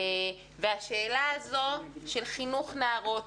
והשאלה הזו של חינוך נערות,